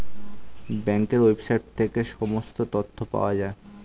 ব্যাঙ্কের ওয়েবসাইট থেকে সমস্ত তথ্য পাওয়া যায়